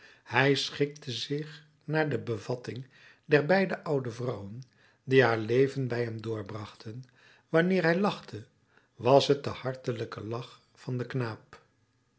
hij schikte zich naar de bevatting der beide oude vrouwen die haar leven bij hem doorbrachten wanneer hij lachte was t de hartelijke lach van den knaap